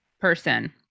person